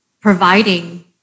providing